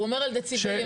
הוא אומר על דציבלים למשל.